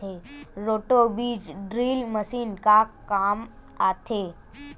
Roto बीज drill machine का काम आथे?